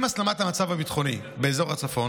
עם הסלמת המצב הביטחוני באזור הצפון,